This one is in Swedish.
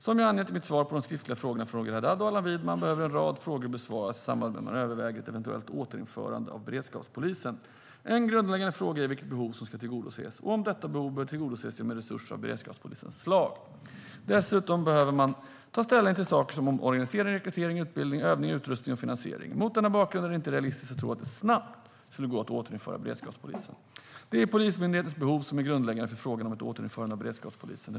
Som jag har angett i mina svar på de skriftliga frågorna från Roger Haddad och Allan Widman behöver en rad frågor besvaras i samband med att man överväger ett eventuellt återinförande av beredskapspolisen. En grundläggande fråga är vilket behov som ska tillgodoses och om detta behov bör tillgodoses genom en resurs av beredskapspolisens slag. Dessutom behöver man ta ställning till saker som organisering, rekrytering, utbildning, övning, utrustning och finansiering. Mot denna bakgrund är det inte realistiskt att tro att det skulle gå att snabbt återinföra beredskapspolisen. Polismyndighetens behov är grundläggande för frågan om ett återinförande av beredskapspolisen.